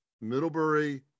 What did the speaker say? middlebury